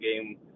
game